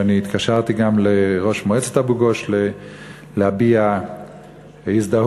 ואני התקשרתי גם לראש מועצת אבו-גוש להביע הזדהות